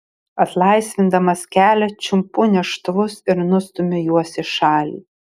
atlaisvindamas kelią čiumpu neštuvus ir nustumiu juos į šalį